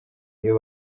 iyo